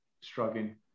struggling